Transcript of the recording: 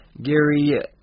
Gary